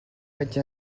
vaig